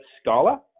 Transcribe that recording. Scala